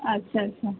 अच्छा अच्छा